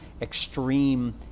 extreme